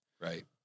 Right